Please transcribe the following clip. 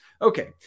Okay